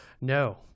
No